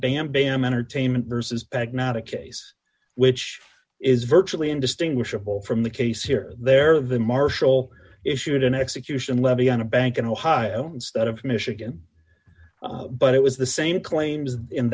bam bam entertainment versus back not a case which is virtually indistinguishable from the case here there the marshall issued an execution levy on a bank in ohio instead of michigan but it was the same claims in